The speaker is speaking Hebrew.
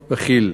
וכי"ל.